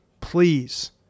Please